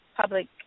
public